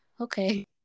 okay